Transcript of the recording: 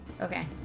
Okay